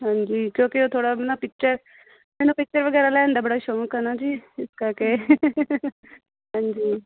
ਹਾਂਜੀ ਕਿਉਂਕਿ ਉਹ ਥੋੜ੍ਹਾ ਨਾ ਪਿਚਰ ਮੈਨੂੰ ਪਿਚਰ ਵਗੈਰਾ ਲੈਣ ਦਾ ਬੜਾ ਸ਼ੌਂਕ ਹੈ ਨਾ ਜੀ ਇਸ ਕਰਕੇ ਹਾਂਜੀ